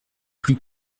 plus